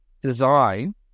design